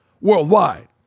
worldwide